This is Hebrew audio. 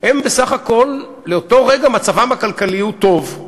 בסך הכול באותו רגע מצבו הכלכלי טוב.